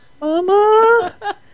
mama